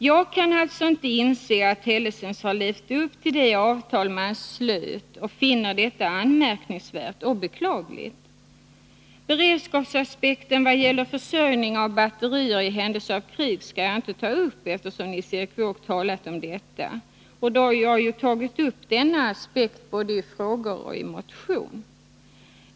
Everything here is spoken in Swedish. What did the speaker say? Jag kan alltså inte inse att Hellesens har levt upp till det avtal man slöt och finner detta anmärkningsvärt och beklagligt. Beredskapsaspekten i vad gäller försörjning av batterier i händelse av krig skall jag inte ta upp, eftersom Nils Erik Wååg talat om detta och då jag ju tagit upp denna aspekt i både frågor och motion.